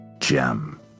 gem